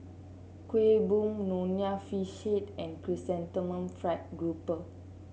Kuih Bom Nonya Fish Head and Chrysanthemum Fried Grouper